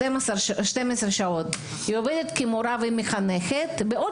12 שעות היא עובדת כמורה ומחנכת ועוד